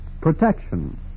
Protection